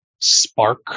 spark